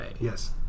Yes